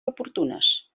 oportunes